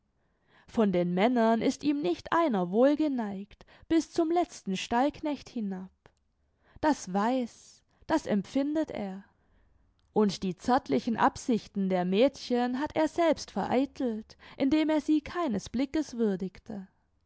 von den männern ist ihm nicht einer wohlgeneigt bis zum letzten stallknecht hinab das weiß das empfindet er und die zärtlichen absichten der mädchen hat er selbst vereitelt indem er sie keines blickes würdigte